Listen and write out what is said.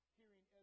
hearing